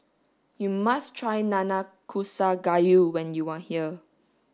you must try Nanakusa Gayu when you are here